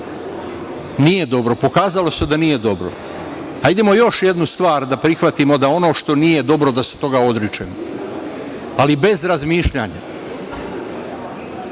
Nije dobro, pokazalo se da nije dobro. Hajdemo još jednu stvar da prihvatimo, da ono što nije dobro, da se toga odričemo, ali bez razmišljanja. Završiću